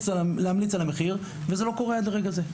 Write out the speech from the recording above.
להמליץ על המחיר, וזה לא קורה עד לרגע זה.